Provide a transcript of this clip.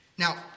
Now